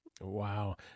Wow